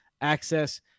access